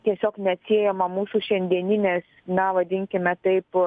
tiesiog neatsiejama mūsų šiandieninės na vadinkime taip